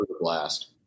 blast